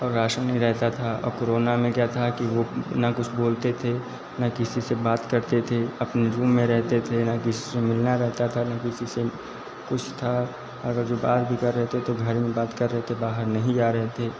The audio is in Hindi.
और राशन नहीं रहता था क्रोना में क्या था कि वो ना कुछ बोलते थे ना किसी से बात करते थे अपने धुन में रहते थे ना किसी से मिलना रहता था ना किसी से कुस था अगर जो बात भी कर रहे थे तो घर में बात कर रहे थे बहार नहीं जा रहे थे